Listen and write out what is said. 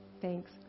Thanks